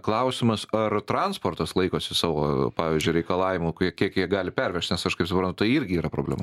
klausimas ar transportas laikosi savo pavyzdžiui reikalavimų kai kiek jie gali pervežt nes aš kaip suprantu tai irgi yra problema